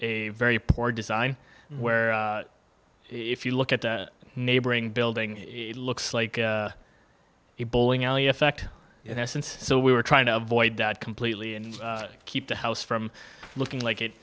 a very poor design where if you look at the neighboring building it looks like a bowling alley effect in essence so we were trying to avoid that completely and keep the house from looking like it